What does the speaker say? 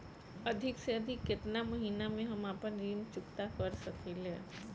अधिक से अधिक केतना महीना में हम आपन ऋण चुकता कर सकी ले?